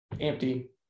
empty